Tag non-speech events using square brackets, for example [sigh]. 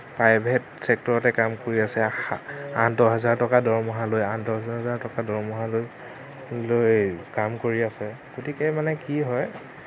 private চেক্টৰতে কাম কৰি আছে [unintelligible] আঠ দহ হাজাৰ টকা দৰমহা লৈ আঠ দচ হাজাৰ টকা দৰমহা লৈ লৈ কাম কৰি আছে গতিকে মানে কি হয়